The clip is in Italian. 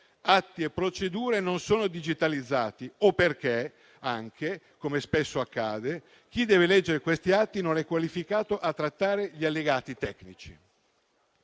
atti e procedure non sono digitalizzati o perché, come spesso accade, chi deve leggere questi atti non è qualificato a trattare gli allegati tecnici.